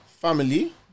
family